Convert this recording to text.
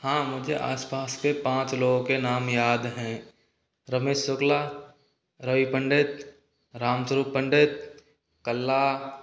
हाँ मुझे आस पास के पाँच लोगों के नाम याद हैं रमेश शुक्ला रवि पंडित राम स्वरूप पंडित कल्ला